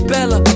Bella